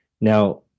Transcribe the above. Now